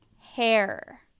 hair